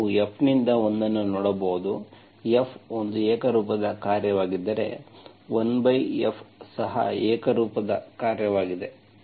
ಈಗ ನೀವು F ನಿಂದ 1 ಅನ್ನು ನೋಡಬಹುದು F ಒಂದು ಏಕರೂಪದ ಕ್ರಿಯೆಯಾಗಿದ್ದರೆ 1 by F ಸಹ ಏಕರೂಪದ ಕ್ರಿಯೆಯಾಗಿದೆ